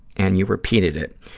and you repeated it.